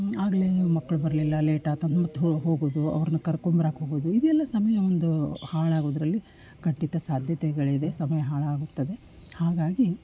ಆಗಲೇ ಮಕ್ಕಳು ಬರಲಿಲ್ಲ ಲೇಟಾಯ್ತು ಅಂತ ಮತ್ತೆ ಹೋಗಿ ಹೋಗೋದು ಅವ್ರನ್ನ ಕರ್ಕೊಂಬರಕ್ಕೆ ಹೋಗೋದು ಇವೆಲ್ಲ ಸಮಯ ಒಂದು ಹಾಳಾಗೋದರಲ್ಲಿ ಖಂಡಿತ ಸಾಧ್ಯತೆಗಳಿದೆ ಸಮಯ ಹಾಳಾಗುತ್ತದೆ ಹಾಗಾಗಿ